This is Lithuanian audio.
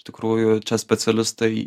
iš tikrųjų čia specialistai